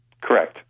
Correct